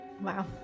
Wow